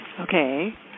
Okay